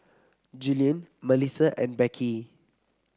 Julien Melissa and Beckie